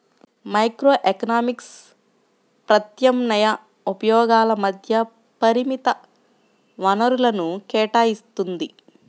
microeconomics ప్రత్యామ్నాయ ఉపయోగాల మధ్య పరిమిత వనరులను కేటాయిత్తుంది